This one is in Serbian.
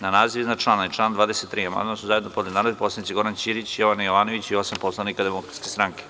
Na naziv iznad člana i član 23. amandman su zajedno podneli narodni poslanici Goran Ćirić, Jovana Jovanović i osam poslanika Demokratske stranke.